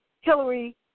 Hillary